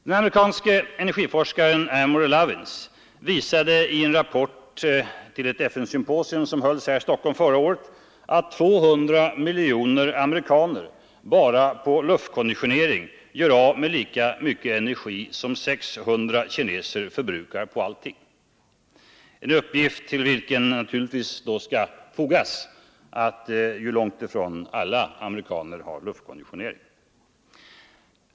Den amerikanske energiforskaren Amory Lovins visade i en rapport till ett FN-symposium som hölls här i Stockholm förra året, att 200 miljoner amerikaner bara på luftkonditionering gör av med lika mycket energi som 600 miljoner kineser förbrukar på allting — en uppgift till vilken naturligtvis bör fogas att långt ifrån alla amerikaner har luftkonditionering.